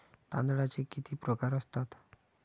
तांदळाचे किती प्रकार असतात?